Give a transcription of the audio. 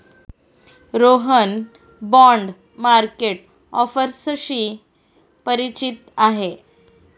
Rohan bond market ऑफर्सशी परिचित आहे